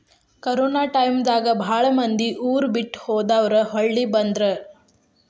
corona time ದಾಗ ಬಾಳ ಮಂದಿ ಊರ ಬಿಟ್ಟ ಹೊದಾರ ಹೊಳ್ಳಿ ಬಂದ್ರ